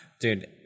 dude